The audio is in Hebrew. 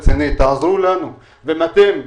תעזרו לנו גם אתם.